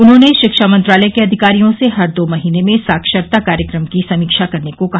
उन्होंने शिक्षा मंत्रालय के अधिकारियों से हर दो महीने में साक्षरता कार्यक्रम की समीक्षा करने को कहा